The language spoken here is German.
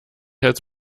als